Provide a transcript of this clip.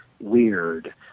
weird